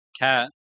Cat